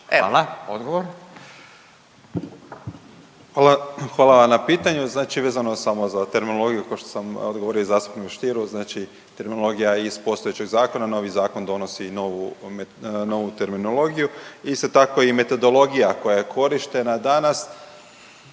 **Lucić, Zdenko** Hvala vam na pitanju. Znači vezano samo za terminologiju ko što sam odgovorio i zastupniku Stieru, znači terminologija je iz postojećeg zakona, novi zakon donosi novu terminologiju. Isto tako i metodologija koja je korištena danas